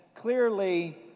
clearly